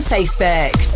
Facebook